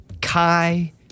Kai